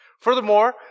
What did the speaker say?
Furthermore